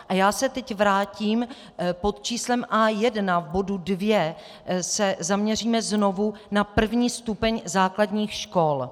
A já se teď vrátím pod číslem A1 bodu 2 se zaměříme znovu na první stupeň základních škol.